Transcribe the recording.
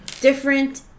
different